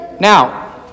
Now